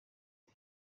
iti